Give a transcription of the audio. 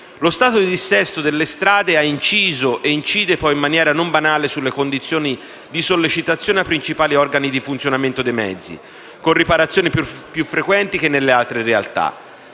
Lo stato di dissesto delle strade ha inciso e incide in maniera non banale sulle condizioni di sollecitazione ai principali organi di funzionamento dei mezzi, con riparazioni più frequenti che nelle altre realtà.